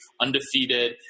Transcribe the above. undefeated